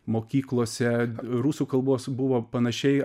mokyklose rusų kalbos buvo panašiai